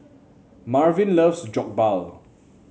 Marvin loves Jokbal